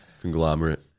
conglomerate